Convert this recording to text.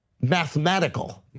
mathematical